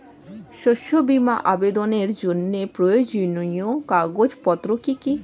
শস্য বীমা আবেদনের জন্য প্রয়োজনীয় কাগজপত্র কি কি?